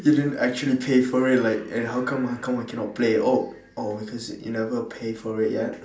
you didn't actually pay for it like eh how come how come I cannot play oh oh because you never pay for it yet